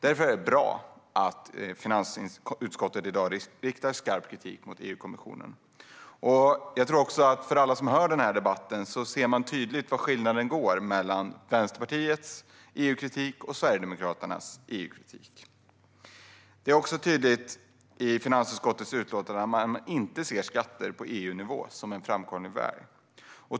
Därför är det bra att finansutskottet i dag riktar skarp kritik mot EU-kommissionen. De som tar del av den här debatten ser också tydligt var skillnaden går mellan Vänsterpartiets EU-kritik och Sverigedemokraternas EU-kritik. Det är också tydligt i finansutskottets utlåtande att man inte ser skatter på EU-nivå som en framkomlig väg.